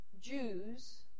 Jews